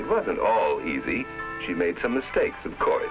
it wasn't easy she made some mistakes of course